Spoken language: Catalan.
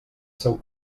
seu